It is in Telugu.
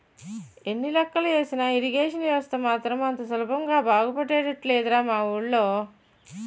ఎన్ని లెక్కలు ఏసినా ఇరిగేషన్ వ్యవస్థ మాత్రం అంత సులభంగా బాగుపడేటట్లు లేదురా మా వూళ్ళో